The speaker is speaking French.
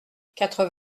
quatre